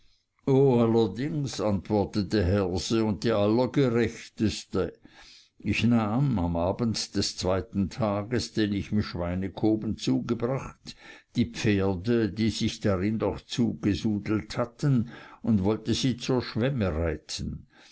allerdings antwortete herse und die allergerechteste ich nahm am abend des zweiten tages den ich im schweinekoben zugebracht die pferde die sich darin doch zugesudelt hatten und wollte sie zur schwemme reiten